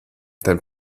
dein